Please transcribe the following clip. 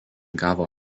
gavo